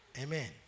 Amen